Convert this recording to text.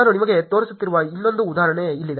ನಾನು ನಿಮಗೆ ತೋರಿಸುವ ಇನ್ನೊಂದು ಉದಾಹರಣೆ ಇಲ್ಲಿದೆ